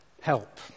help